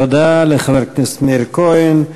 תודה לחבר הכנסת מאיר כהן.